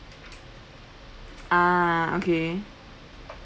ah okay